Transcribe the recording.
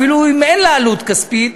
אפילו אם אין לה עלות כספית,